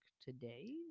today